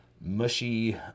mushy